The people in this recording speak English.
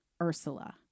Ursula